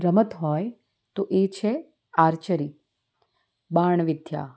રમત હોય તો એ છે આર્ચરી બાણ વિદ્યા